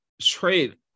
trade